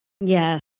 Yes